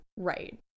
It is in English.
right